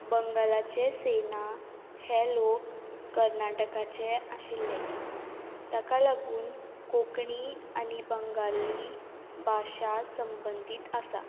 बंगलाचे सेना हे लोक कर्नाटकाचे आशिल्ले ताका लागून कोंकणी आनी बंगाली भाशा संबंदीत आसा